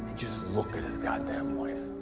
just look at his goddamn wife.